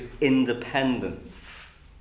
independence